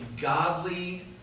godly